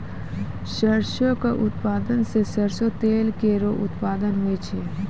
सरसों क उत्पादन सें सरसों तेल केरो उत्पादन होय छै